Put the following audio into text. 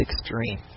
extreme